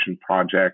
project